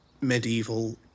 medieval